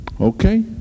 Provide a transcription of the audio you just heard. Okay